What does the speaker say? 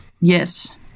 yes